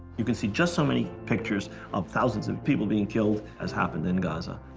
you can see just so many pictures of thousands of people being killed as happened in gaza.